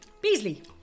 Beasley